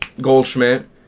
Goldschmidt